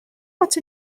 what